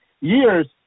years